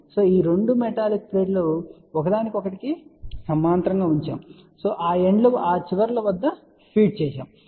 కాబట్టి ఈ రెండు మెటాలిక్ ప్లేట్ లు ఒకదానికొకటి సమాంతరంగా ఉంచబడతాయి మరియు ఆ ఎండ్స్ వద్ద ఫీడ్ చేశాము సరే